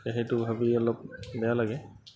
সেইটো ভাবি অলপ বেয়া লাগে